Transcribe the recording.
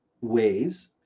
ways